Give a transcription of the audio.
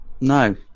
no